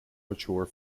mature